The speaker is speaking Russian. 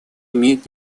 имеет